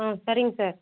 ஆ சரிங்க சார்